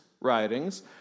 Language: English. writings